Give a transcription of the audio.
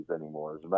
anymore